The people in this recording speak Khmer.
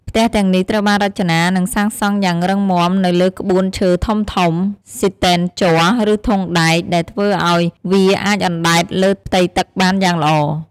ផ្ទះទាំងនេះត្រូវបានរចនា និងសាងសង់យ៉ាងរឹងមាំនៅលើក្បូនឈើធំៗ ស៊ីទែនជ័រ ឬធុងដែក ដែលធ្វើឲ្យវាអាចអណ្ដែតលើផ្ទៃទឹកបានយ៉ាងល្អ។